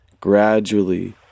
gradually